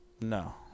no